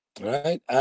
Right